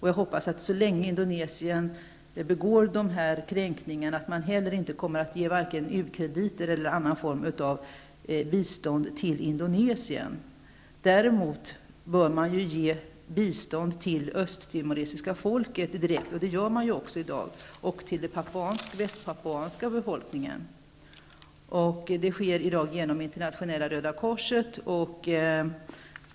Jag hoppas att man inte tänker ge några u-krediter eller andra former av bistånd till Indonesien så länge man begår dessa kränkningar där. Däremot bör man ju ge bistånd direkt till det östtimoresiska folket och till den västpapuanska befolkningen. Det gör man också i dag. Det sker genom internationella Röda korset.